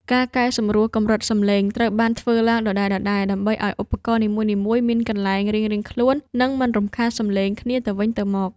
ការសម្រួលកម្រិតសំឡេង ត្រូវបានធ្វើឡើងដដែលៗ ដើម្បីឱ្យឧបករណ៍នីមួយៗមានកន្លែងរៀងៗខ្លួន និងមិនរំខានសំឡេងគ្នាទៅវិញទៅមក។